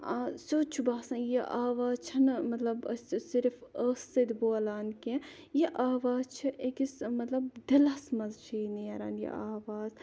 سیٚود چھُ باسان یہِ آواز چھَنہٕ مَطلَب أسۍ صِرف ٲسہٕ سۭتۍ بولان کینٛہہ یہِ آواز چھِ أکِس مَطلَب دِلَس مَنٛز چھِ یہِ نیران یہِ آواز